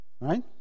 right